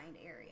area